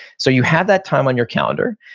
so you have that time on your calendar,